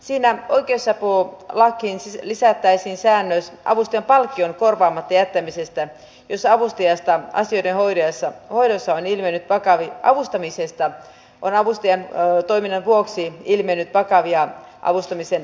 siinä oikeusapulakiin lisättäisiin säännös avustajan palkkion korvaamatta jättämisestä jos avustamisessa on avustajan toiminnan vuoksi ilmennyt vakavia avustamisen laiminlyöntejä